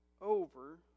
over